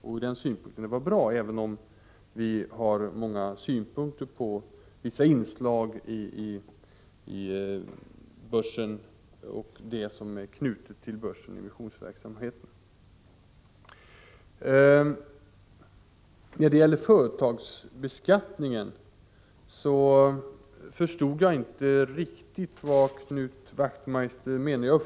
Ur den synpunkten var det bra, även om vi har många synpunkter på vissa inslag i börsen och det som är knutet till börsen och emissionsverksamheten. När det gäller företagsbeskattningen förstod jag inte riktigt vad Knut Wachtmeister menade.